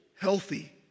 healthy